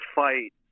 fight